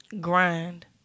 Grind